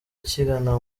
kigana